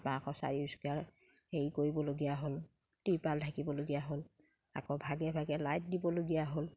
তাপা আকৌ চাৰি হেৰি কৰিবলগীয়া হ'ল তিৰপাল ধাকিবলগীয়া হ'ল আকৌ ভাগে ভাগে লাইট দিবলগীয়া হ'ল